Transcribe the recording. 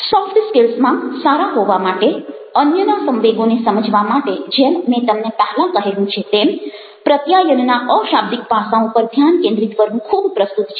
soft સ્કિલ્સમાં સારા હોવા માટે અન્યના સંવેગોને સમજવા માટે જેમ મેં તમને પહેલાં કહેલું છે તેમ પ્રત્યાયનના અશાબ્દિક પાસાઓ પર ધ્યાન કેન્દ્રિત કરવું ખૂબ પ્રસ્તુત છે